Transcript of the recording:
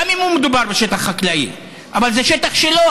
גם אם מדובר בשטח חקלאי, אבל זה שטח שלו.